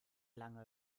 lange